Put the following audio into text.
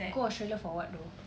go australia for what though